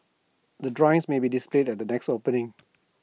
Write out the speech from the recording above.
the drawings may be displayed at the next opening